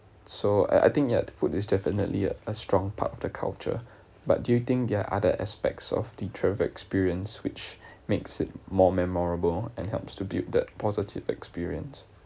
so I I think ya food is definitely a a strong part of the culture but do you think there are other aspects of the travel experience which makes it more memorable and helps to build that positive experience